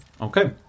Okay